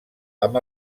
amb